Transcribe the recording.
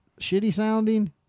shitty-sounding